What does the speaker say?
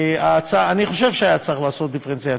אני חושב שהיה צריך לעשות דיפרנציאציה,